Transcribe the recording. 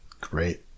Great